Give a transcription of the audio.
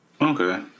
Okay